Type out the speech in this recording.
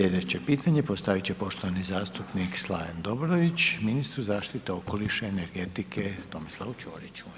Sljedeće pitanje postavit će poštovani zastupnik Slaven Dobrović ministru zaštite okoliša i energetike Tomislavu Ćoriću.